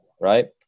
right